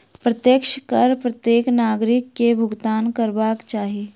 प्रत्यक्ष कर प्रत्येक नागरिक के भुगतान करबाक चाही